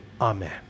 Amen